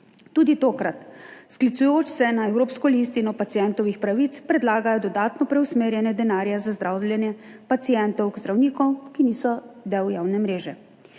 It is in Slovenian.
Tudi tokrat, sklicujoč se na Evropsko listino pacientovih pravic, predlagajo dodatno preusmerjanje denarja za zdravljenje pacientov k zdravnikom, ki niso del javne mreže.